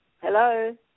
Hello